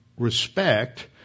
respect